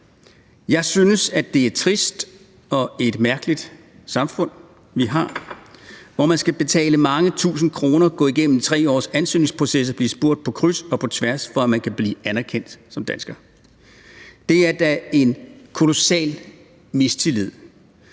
Jeg synes, at det er trist og et mærkeligt samfund, vi har, hvor man skal betale mange tusinde kroner og gå igennem 3 års ansøgningsproces og blive spurgt på kryds og tværs, for at man kan blive anerkendt som dansker. Det er da en kolossal mistillid,